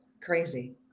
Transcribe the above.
Crazy